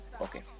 okay